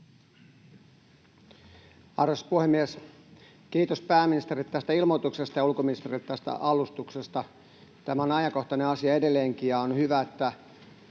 Arvoisa puhemies! Kiitos pääministerille tästä ilmoituksesta ja ulkoministerille alustuksesta. Tämä on ajankohtainen asia edelleenkin, ja on hyvä, että